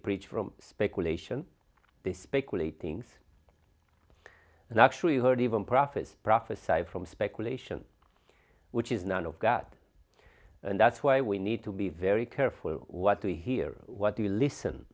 preach from speculation they speculate things and actually heard even prophets prophesied from speculation which is none of that and that's why we need to be very careful what we hear what we listen